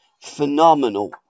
phenomenal